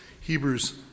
Hebrews